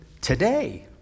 today